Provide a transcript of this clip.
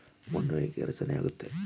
ಮಣ್ಣು ಹೇಗೆ ರಚನೆ ಆಗುತ್ತದೆ?